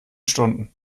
stunden